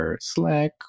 Slack